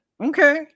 Okay